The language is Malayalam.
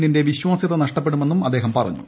എന്നിന്റെ വിശ്വാസൃത നഷ്ടപ്പെടുമെന്നും അദ്ദേഹം പറഞ്ഞു